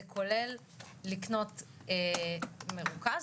זה כולל לקנות מרוכז,